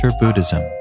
Buddhism